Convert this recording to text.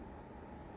um